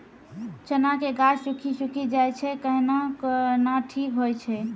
चना के गाछ सुखी सुखी जाए छै कहना को ना ठीक हो छै?